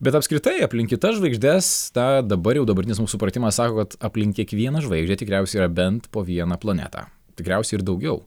bet apskritai aplink kitas žvaigždes tą dabar jau dabartinis mūsų supratimas sako kad aplink kiekvieną žvaigždę tikriausiai yra bent po vieną planetą tikriausiai ir daugiau